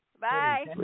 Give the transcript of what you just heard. bye